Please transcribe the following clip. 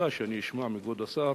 אני מקווה שאני אשמע מכבוד השר